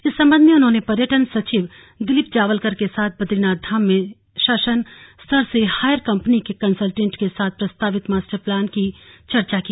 इस संबंध में उन्होंने पर्यटन सचिव दिलीप जावलकर के साथ बद्रीनाथ धाम में शासन स्तर से हायर कम्पनी के कन्सलटेंट के साथ प्रस्तावित मास्टर प्लान पर चर्चा की